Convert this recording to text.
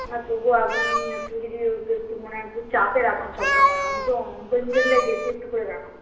না তবুও আপনি একটু যদি ওকে একটু মানে একটু চাপে রাখুন সবসময় অঙ্ক অঙ্ক ইংরাজিটায় বেশি একটু করে রাখুন